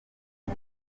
uko